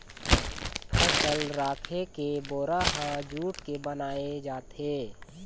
फसल राखे के बोरा ह जूट के बनाए जाथे